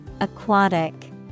Aquatic